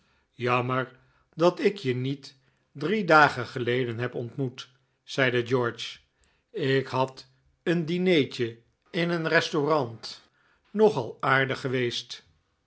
jammer dat ik je niet drie dagen geleden heb ontmoet zeide george ik had een dineetje in een restaurant nogal aardig geweest